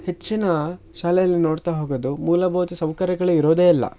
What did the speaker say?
ಹೆಚ್ಚಿನ ಶಾಲೆಯಲ್ಲಿ ನೋಡ್ತಾ ಹೋಗೋದು ಮೂಲಭೂತ ಸೌಕರ್ಯಗಳೇ ಇರೋದೇ ಇಲ್ಲ